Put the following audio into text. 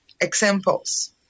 examples